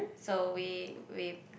so we we